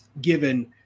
given